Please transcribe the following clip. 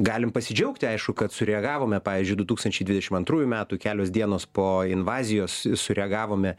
galim pasidžiaugti aišku kad sureagavome pavyzdžiui du tūkstančiai dvidešim antrųjų metų kelios dienos po invazijos sureagavome